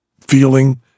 feeling